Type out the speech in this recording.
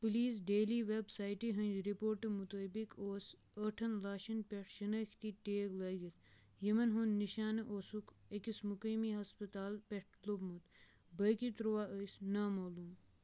place daily ویبسایٹہِ ہٕنٛدۍ رِپورٹہٕ مُطٲبِق اوس ٲٹھن لاشَن پٮ۪ٹھ شناختی ٹیگ لٔگتھ، یِمَن ہُنٛد نشانہٕ اوسُکھ أکِس مقٲمی ہسپتال پٮ۪ٹھ لوٚبمُت باقٕے ترٛووَہ ٲسۍ نامعلوٗم